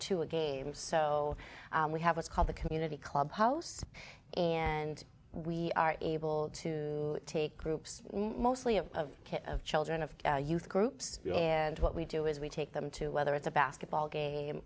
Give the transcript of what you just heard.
to a game so we have it's called the community clubhouse and we are able to take groups mostly of care of children of our youth groups and what we do is we take them to whether it's a basketball game